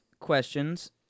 questions